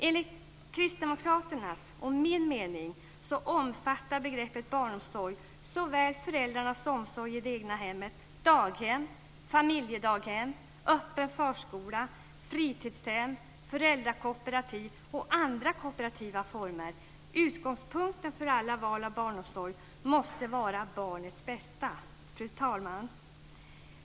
Enligt Kristdemokraternas och min mening omfattar begreppet barnomsorg såväl föräldrarnas omsorg i det egna hemmet som daghem, familjedaghem, öppen förskola, fritidshem, föräldrakooperativ och andra kooperativa former. Utgångspunkten för alla val av barnomsorg måste vara barnets bästa. Fru talman!